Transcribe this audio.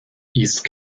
east